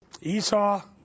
Esau